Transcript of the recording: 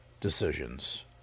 decisions